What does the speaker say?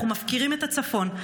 אנחנו מפקירים את הצפון.